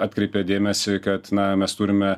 atkreipė dėmesį kad na mes turime